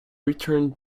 returned